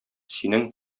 синең